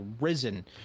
risen